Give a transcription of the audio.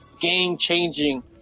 game-changing